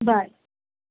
bye